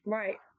right